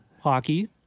hockey